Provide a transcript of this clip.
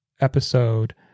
episode